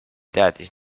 teadis